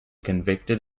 convicted